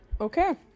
Okay